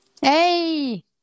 hey